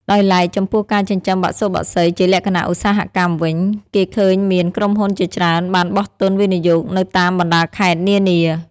ដោយឡែក ចំពោះការចិញ្ចឹមបសុបក្សីជាលក្ខណៈឧស្សាហកម្មវិញ គេឃើញមានក្រុមហ៊ុនជាច្រើនបានបោះទុនវិនិយោគនៅតាមបណ្តាខេត្តនានា។